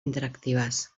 interactives